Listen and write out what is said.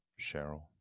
Cheryl